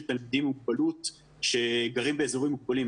תלמידים עם מוגבלות שגרים באזורים מוגבלים.